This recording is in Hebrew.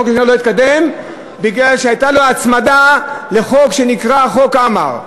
החוק הראשון לא התקדם כי הייתה לו הצמדה לחוק שנקרא "חוק עמאר".